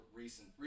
recent